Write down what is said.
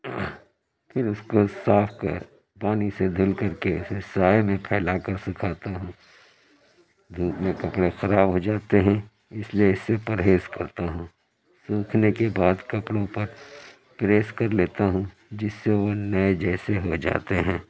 پھر اس کو صاف کر پانی سے دھل کر کے اسے سائے میں پھیلا کر سکھاتا ہوں دھوپ میں کپڑے خراب ہو جاتے ہیں اس لیے اس سے پرہیز کرتا ہوں سوکھنے کے بعد کپڑوں پر پریس کر لیتا ہوں جس سے وہ نئے جیسے ہو جاتے ہیں